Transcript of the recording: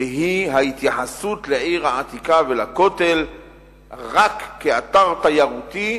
והיא ההתייחסות לעיר העתיקה ולכותל רק כאתר תיירותי,